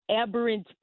aberrant